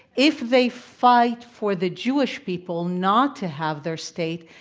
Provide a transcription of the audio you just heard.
if they fight for the jewish people not to have their state,